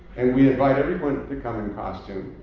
and we invite everyone to come in costume.